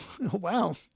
Wow